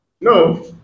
No